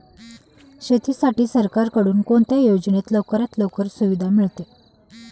शेतीसाठी सरकारकडून कोणत्या योजनेत लवकरात लवकर सुविधा मिळते?